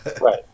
Right